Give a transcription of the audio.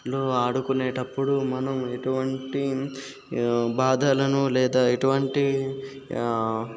లు ఆడుకునేటప్పుడు మనం ఎటువంటి బాధలను లేదా ఎటువంటి